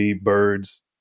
birds